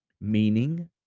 meaning